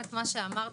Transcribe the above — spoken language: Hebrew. כבר פעם שנייה.